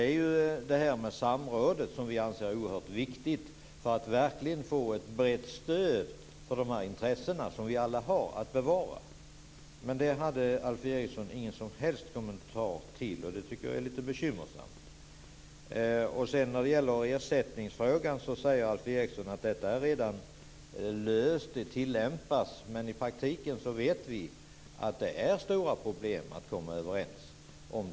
Vi anser att samrådet är oerhört viktigt för att vi ska få ett brett stöd för intresset att bevara. Men det hade Alf Eriksson ingen som helst kommentar till, och det tycker jag är lite bekymmersamt. När det gäller ersättningsfrågan säger Alf Eriksson att den redan är löst och att man tillämpar detta. Men i praktiken vet vi att det finns stora problem att komma överens.